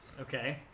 Okay